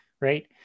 right